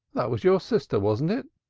that was your sister, wasn't it?